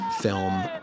film